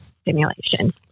stimulation